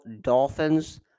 Dolphins